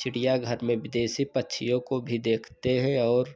चिड़ियाघर में विदेशी पक्षियों को भी देखते हैं और